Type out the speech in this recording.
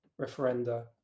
referenda